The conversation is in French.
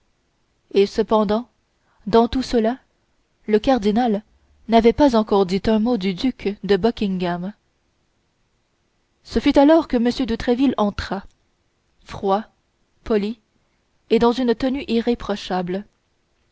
et cependant dans tout cela le cardinal n'avait pas encore dit un mot du duc de buckingham ce fut alors que m de tréville entra froid poli et dans une tenue irréprochable